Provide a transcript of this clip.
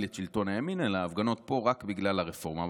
את שלטון הימין אלא ההפגנות פה רק בגלל הרפורמה.